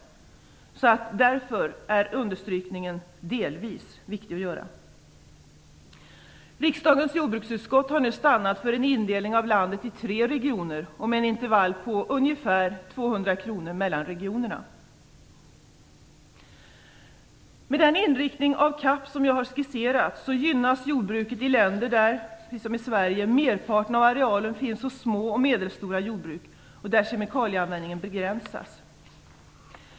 Därför är betoningen av ordet delvis viktig. Riksdagens jordbruksutskott har nu stannat för en indelning av landet i tre regioner med en intervall på ungefär 200 kr mellan regionerna. Med den inriktning av CAP som jag nu skisserat gynnas jordbruket i länder där, såsom i Sverige, merparten av arealen finns hos små och medelstora jordbruk och där kemikalieanvändningen begränsats.